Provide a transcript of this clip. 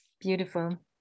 beautiful